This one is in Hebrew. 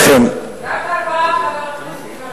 רק ארבעה, חבר הכנסת יואל חסון.